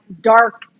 dark